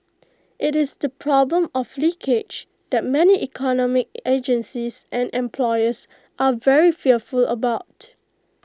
IT is the problem of leakage that many economic agencies and employers are very fearful about